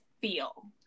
feel